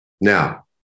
Now